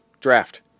draft